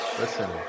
Listen